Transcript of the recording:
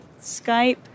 Skype